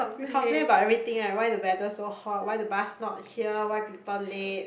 we complain about everything ya why the whether so hot why the bath not here why people late